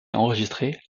enregistrée